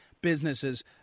businesses